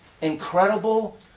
incredible